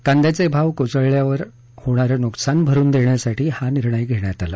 कांद्याचे भाव कोसळल्यावर होणारं नुकसान भरून देण्यासाठी हा निर्णय घेण्यात आला